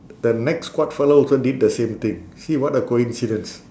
the next squad fellow also did the same thing see what a coincidence